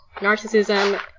narcissism